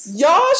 y'all